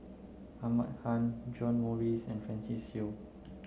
Ahmad Khan John Morrice and Francis Seow